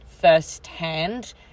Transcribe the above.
firsthand